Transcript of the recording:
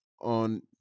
on